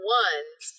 ones